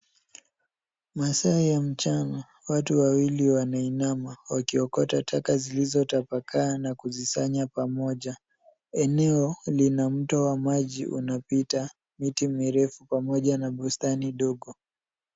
Masaa ya mchana, watu wawili wanainama wakiokota taka zilizotapakaa na kuzisanya pamoja. Eneo lina mto wa maji unapita, miti mirefu, pamoja na bustani ndogo.